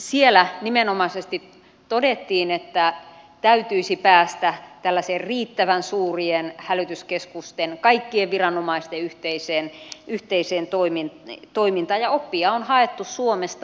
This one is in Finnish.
siellä nimenomaisesti todettiin että täytyisi päästä tällaiseen riittävän suurien hälytyskeskusten kaikkien viranomaisten yhteiseen toimintaan ja oppia on haettu suomesta